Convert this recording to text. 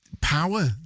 power